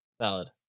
valid